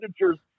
managers